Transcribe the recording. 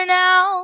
now